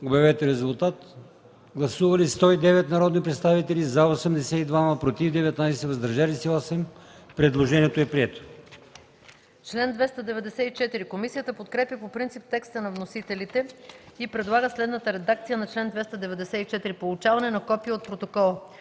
на комисията. Гласували 109 народни представители: за 82, против 19, въздържали се 8. Предложението е прието. ДОКЛАДЧИК МАЯ МАНОЛОВА: Комисията подкрепя по принцип текста на вносителите и предлага следната редакция на чл. 294: „Получаване на копие от протокола